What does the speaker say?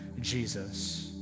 Jesus